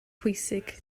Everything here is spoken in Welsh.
pwysig